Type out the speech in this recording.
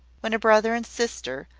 when a brother and sister,